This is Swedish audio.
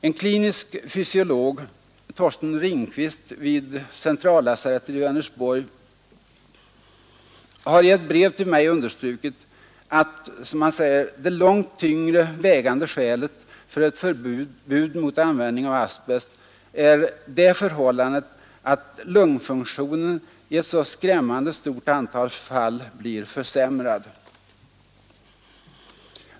En klinisk fysiolog, Torsten Ringqvist vid centrallasarettet i Vänersborg, har i ett brev till mig understrukit att ”det långt tyngre vägande skälet” för ett förbud mot användning av asbest är ”det förhållandet att lungfunktionen i ett så skrämmande stort antal fall blir försämrad”.